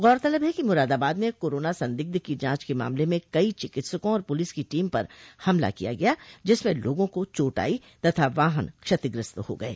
गौरतलब है कि मुरादाबाद में कोरोना संदिग्ध की जांच के मामले में गई चिकित्सकों और पुलिस की टीम पर हमला किया गया जिसमें लोगों को चोट आई तथा वाहन क्षतिग्रस्त हो गये